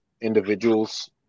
individuals